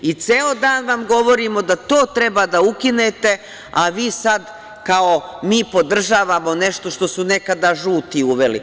I ceo dan vam govorimo da to treba da ukinete, a vi sad, kao, mi podržavamo nešto što su nekada žuti uveli.